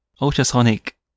Ultrasonic